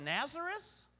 Nazareth